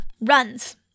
runs